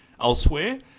elsewhere